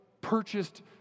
purchased